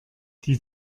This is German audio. die